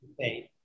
faith